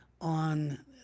on